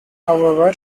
however